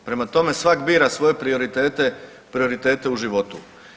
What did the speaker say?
Prema tome svak bira svoje prioritete, prioritete u životu.